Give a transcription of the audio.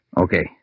Okay